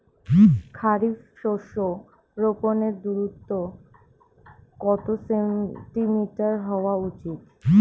খারিফ শস্য রোপনের দূরত্ব কত সেন্টিমিটার হওয়া উচিৎ?